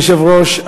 אדוני היושב-ראש,